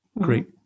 Great